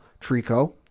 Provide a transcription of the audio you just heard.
Trico